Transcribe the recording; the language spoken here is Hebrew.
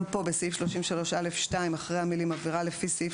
גם פה בסעיף 33א2 אחרי המילים: "עבירה לפי סעיף